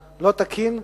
תקין.